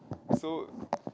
so